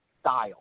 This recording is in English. style